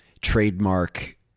trademark